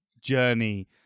journey